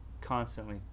constantly